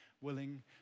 willing